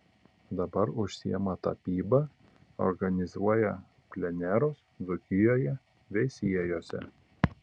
dabar užsiima tapyba organizuoja plenerus dzūkijoje veisiejuose